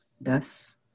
Thus